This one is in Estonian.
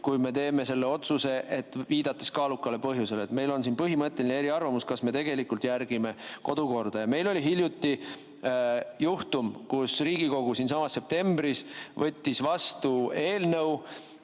kui me teeme selle otsuse, viidates kaalukale põhjusele. Meil on siin põhimõtteline eriarvamus, kas me tegelikult järgime kodukorda. Meil oli hiljuti, septembris juhtum, kus Riigikogu siinsamas võttis vastu eelnõu,